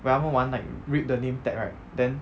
when 他们玩 like rip the name tag right then